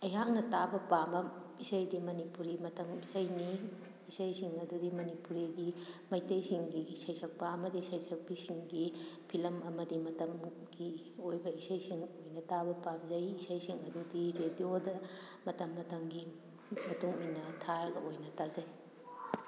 ꯑꯩꯍꯥꯛꯅ ꯇꯥꯕ ꯄꯥꯝꯕ ꯏꯁꯩꯗꯤ ꯃꯅꯤꯄꯨꯔꯤ ꯃꯇꯝ ꯏꯁꯩꯅꯤ ꯏꯁꯩꯁꯤꯡ ꯑꯗꯨꯗꯤ ꯃꯅꯤꯄꯨꯔꯤꯒꯤ ꯃꯩꯇꯩꯁꯤꯡꯒꯤ ꯁꯩꯁꯛꯄ ꯑꯃꯗꯤ ꯁꯩꯁꯛꯄꯤꯁꯤꯡꯒꯤ ꯐꯤꯜꯃ ꯑꯃꯗꯤ ꯃꯇꯝꯒꯤ ꯑꯣꯏꯕ ꯏꯁꯩꯁꯤꯡ ꯑꯣꯏꯅ ꯇꯥꯕ ꯄꯥꯝꯖꯩ ꯏꯁꯩꯁꯤꯡ ꯑꯗꯨꯗꯤ ꯔꯦꯗꯤꯋꯣꯗ ꯃꯇꯝ ꯃꯇꯝꯒꯤ ꯃꯇꯨꯡ ꯏꯟꯅ ꯊꯥꯔꯒ ꯑꯣꯏꯅ ꯇꯥꯖꯩ